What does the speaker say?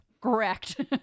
correct